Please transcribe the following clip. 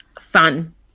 fun